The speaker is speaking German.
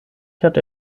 hatte